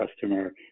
customer